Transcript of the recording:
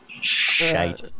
Shite